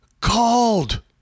called